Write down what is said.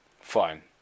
Fine